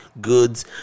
goods